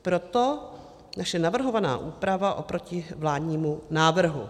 Proto naše navrhovaná úprava oproti vládnímu návrhu.